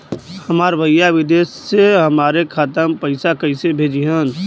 हमार भईया विदेश से हमारे खाता में पैसा कैसे भेजिह्न्न?